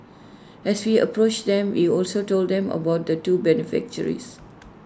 as we approached them we also told them about the two beneficiaries